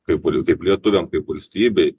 kaipurių kaip lietuviam kaip valstybei